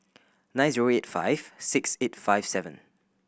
nine zero eight five six eight five seven